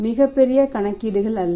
மிக பெரிய கணக்கீடுகள் அல்ல